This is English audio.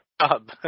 job